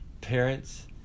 parents